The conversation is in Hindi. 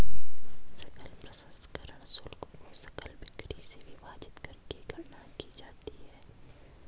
सकल प्रसंस्करण शुल्क को सकल बिक्री से विभाजित करके गणना की जाती है